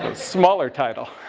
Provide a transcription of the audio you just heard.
and smaller title.